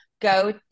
go